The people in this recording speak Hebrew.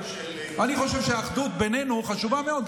אני חושב שהאחדות בינינו חשובה מאוד.